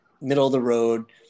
middle-of-the-road